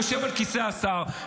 יושב על כיסא השר.